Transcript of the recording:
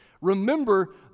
remember